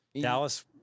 Dallas